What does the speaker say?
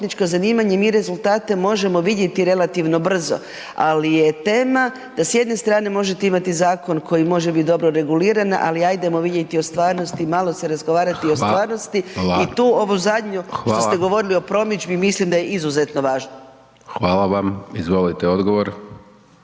Hvala vam. Izvolite odgovor.